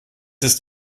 ist